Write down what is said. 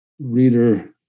reader